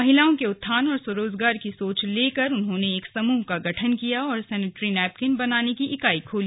महिलाओं के उत्थान और स्वरोजगार की सोच लेकर उन्होने एक समूह का गठन किया और सेनेट्री नैपकिन बनाने की इकाई खोली